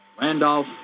Randolph